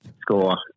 score